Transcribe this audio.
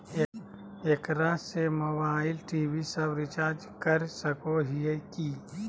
एकरा से mobile TV सब रिचार्ज कर सको हियै की?